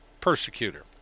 persecutor